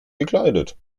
gekleidet